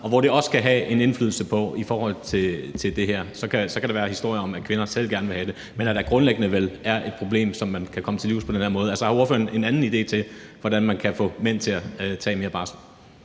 og hvor det også kan have indflydelse på det her? Så kan der være historier om, at kvinder selv gerne vil have det, men der er vel grundlæggende et problem, som man kan komme til livs på den her måde. Altså, har ordføreren en anden idé til, hvordan man kan få mænd til at tage mere barsel?